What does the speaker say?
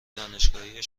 دانشگاهی